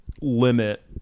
limit